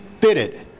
fitted